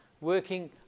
working